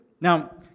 Now